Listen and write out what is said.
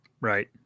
right